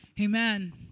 Amen